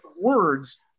words